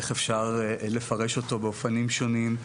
איך אפשר לפרש אותו באופנים שונים,